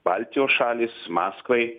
baltijos šalys maskvai